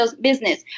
business